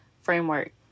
framework